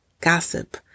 gossip